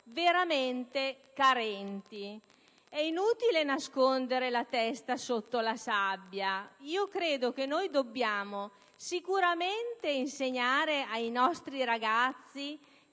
veramente carenti, è inutile nascondere la testa sotto la sabbia. Noi dobbiamo sicuramente insegnare ai nostri ragazzi